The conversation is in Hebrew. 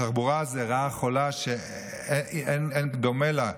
בתחבורה זו רעה חולה שאין דומה לה.